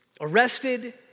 arrested